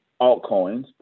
altcoins